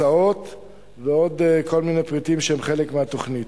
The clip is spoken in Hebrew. הסעות ועוד כל מיני פריטים שהם חלק מהתוכנית.